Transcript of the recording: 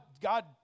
God